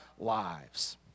lives